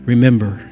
remember